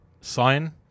Sign